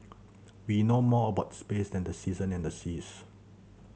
we know more about space than the season and the seas